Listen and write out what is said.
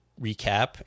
recap